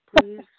please